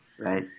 right